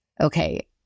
okay